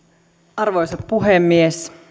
arvoisa puhemies